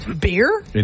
Beer